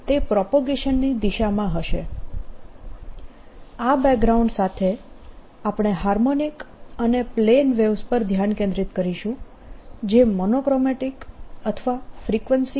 આ બેકગ્રાઉન્ડ સાથે આપણે હાર્મોનિક અને પ્લેન વેવ્સ પર ધ્યાન કેન્દ્રિત કરીશું જે મોનો ક્રોમેટીક અથવા ફ્રિક્વન્સી સાથે બદલાતા વેવ્સ છે